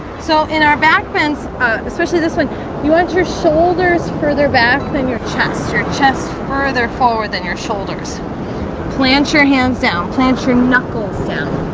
so in our back bends especially this one you want your shoulders further back than your chest your chest further forward than your shoulders plant your hands down plant your knuckles down